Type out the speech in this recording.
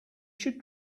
should